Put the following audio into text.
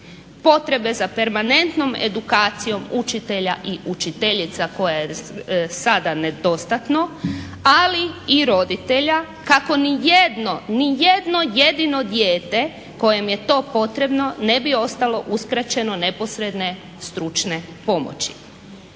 potrebe za permanentnom edukacijom učitelja i učiteljica koje je sada nedostatno, ali i roditelja kako nijedno jedino dijete kojem je to potrebno ne bi ostalo uskraćeno neposredne stručne pomoći.